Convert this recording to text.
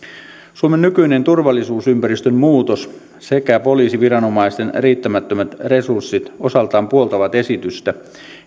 suomen nykyinen turvallisuusympäristön muutos sekä poliisiviranomaisten riittämättömät resurssit osaltaan puoltavat esitystä